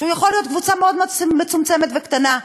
שיכול להיות קבוצה מאוד מאוד מצומצמת וקטנה,